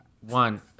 one